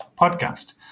Podcast